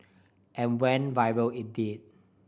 and went viral it did